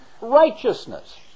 righteousness